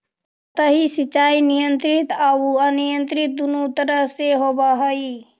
सतही सिंचाई नियंत्रित आउ अनियंत्रित दुनों तरह से होवऽ हइ